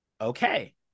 Okay